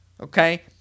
Okay